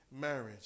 marriage